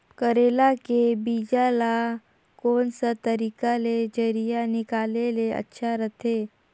करेला के बीजा ला कोन सा तरीका ले जरिया निकाले ले अच्छा रथे?